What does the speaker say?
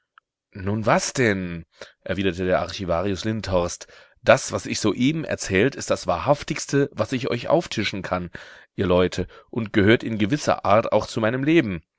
nun was denn erwiderte der archivarius lindhorst das was ich soeben erzählt ist das wahrhaftigste was ich euch auftischen kann ihr leute und gehört in gewisser art auch zu meinem leben